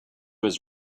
his